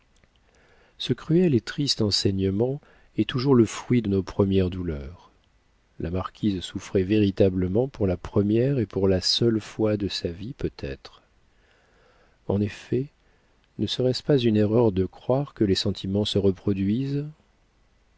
ce cruel et triste enseignement est toujours le fruit de nos premières douleurs la marquise souffrait véritablement pour la première et pour la seule fois de sa vie peut-être en effet ne serait-ce pas une erreur de croire que les sentiments se reproduisent